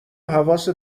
حواست